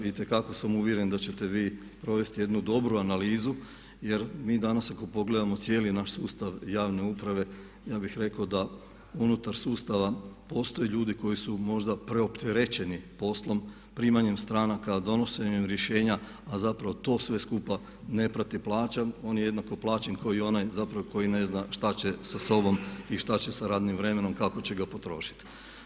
Itekako sam uvjeren da ćete vi provesti jednu dobru analizu jer mi danas ako pogledamo cijeli naš sustav javne uprave ja bih rekao da unutar sustava postoje ljudi koji su možda preopterećeni poslom, primanjem stranaka, donošenjem rješenja a zapravo to sve skupa ne prati plaća, on je jednako plaćen tko i onaj zapravo koji ne zna šta će sa sobom i šta će sa radnim vremenom i kako će ga potrošiti.